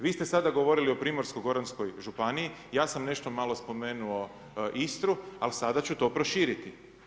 Vi ste sada govorili o Primorsko-goranskoj županiji, ja sam nešto malo spomenuo Istru, ali sada ću to proširiti.